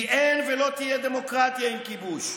כי אין ולא תהיה דמוקרטיה עם כיבוש,